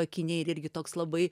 akiniai ir irgi toks labai